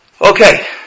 Okay